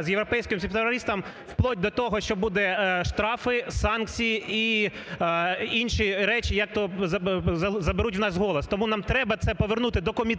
з європейським співтовариством вплоть до того, що будуть штрафи, санкції і інші речі, як то заберуть у нас голос. Тому нам треба це повернути до комітетів,